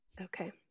Okay